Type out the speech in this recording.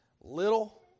Little